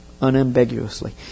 unambiguously